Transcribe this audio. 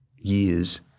years